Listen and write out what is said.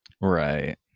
Right